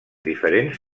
diferents